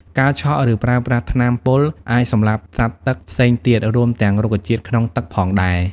ការឆក់ ឬប្រើប្រាស់ថ្នាំពុលអាចសម្លាប់សត្វទឹកផ្សេងទៀត រួមទាំងរុក្ខជាតិក្នុងទឹកផងដែរ។